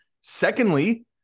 Secondly